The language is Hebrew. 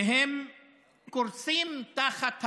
והם קורסים תחת העומס,